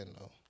no